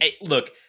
look